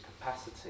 capacity